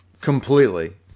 Completely